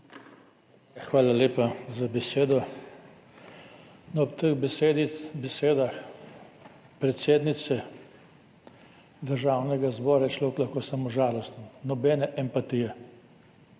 Hvala lepa za besedo. Ob teh besedah predsednice Državnega zbora je človek lahko samo žalosten. Nobene empatije